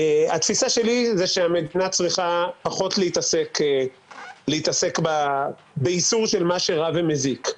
התפיסה שלי היא שהמדינה צריכה פחות להתעסק באיסור של מה שרע ומזיק.